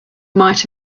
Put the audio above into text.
might